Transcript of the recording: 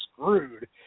screwed